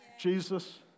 Jesus